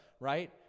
right